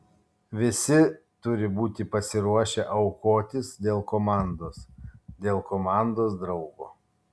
visi turi būti pasiruošę aukotis dėl komandos dėl komandos draugo